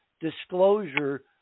disclosure